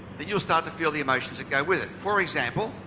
you'll start to feel the emotions that go with it. for example,